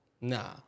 nah